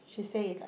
she say is like